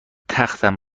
تختم